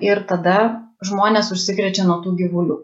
ir tada žmonės užsikrečia nuo tų gyvulių